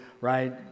right